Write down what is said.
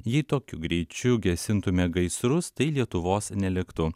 jei tokiu greičiu gesintume gaisrus tai lietuvos neliktų